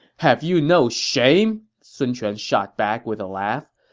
have you no shame? sun quan shot back with a laugh.